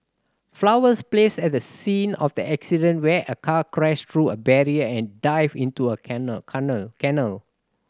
flowers placed at the scene of the accident where a car crashed through a barrier and dived into a canal